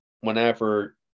whenever